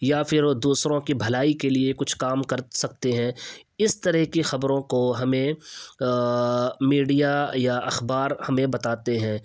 یا فر وہ دوسروں کی بھلائی کے لیے کچھ کام کر سکتے ہیں اس طرح کی خبروں کو ہمیں میڈیا یا اخبار ہمیں بتاتے ہیں